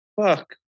fuck